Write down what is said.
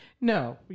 No